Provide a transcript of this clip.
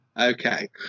Okay